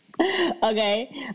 Okay